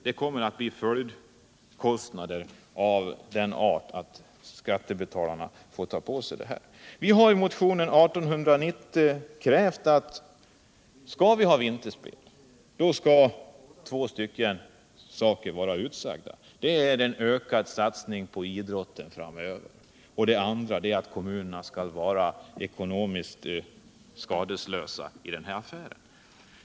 Det kommer att bli följdkostnader av den arten att skattebetalarna får ta på sig dem. Vi har i motionen 1890 krävt att om vi skall ha vinterspel skall två saker vara utsagda, nämligen att vi skall få en ökad satsning på idrotten framöver och att kommunerna skall hållas ekonomiskt skadeslösa i den här affären.